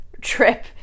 trip